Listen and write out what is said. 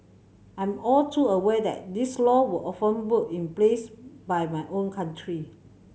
I'm all too aware that these law were often put in place by my own country